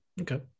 Okay